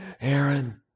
Aaron